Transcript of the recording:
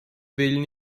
wählen